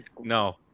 No